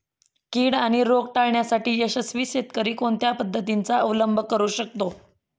कीड आणि रोग टाळण्यासाठी यशस्वी शेतकरी कोणत्या पद्धतींचा अवलंब करू शकतो?